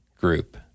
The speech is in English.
group